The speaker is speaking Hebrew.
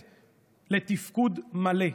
הכנסת לתפקוד מלא,